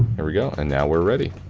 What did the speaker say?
and we go, and now we're ready.